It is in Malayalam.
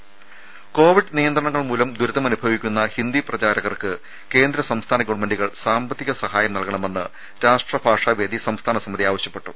രുര കോവിഡ് നിയന്ത്രണങ്ങൾമൂലം ദുരിതമനുഭവിക്കുന്ന ഹിന്ദി പ്രചാരകർക്ക് കേന്ദ്ര സംസ്ഥാന ഗവൺമെന്റുകൾ സാമ്പത്തിക സഹായം നൽകണമെന്ന് രാഷ്ട്ര ഭാഷാവേദി സംസ്ഥാന സമിതി ആവശ്യപ്പെട്ടു